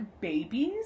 babies